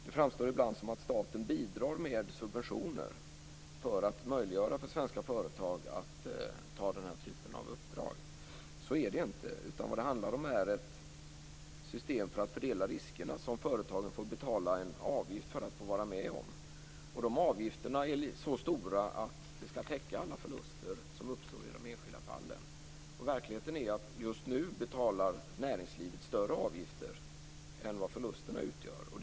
Det framstår ibland som att staten bidrar med subventioner för att möjliggöra för svenska företag att ta den här typen av uppdrag. Så är det inte. Vad det handlar om är ett system för att fördela riskerna som företagen får betala en avgift för att få vara med om. De avgifterna är så stora att de skall täcka alla förluster som uppstår i de enskilda fallen. Verkligheten är att just nu betalar näringslivet större avgifter än vad förlusterna utgör.